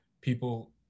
people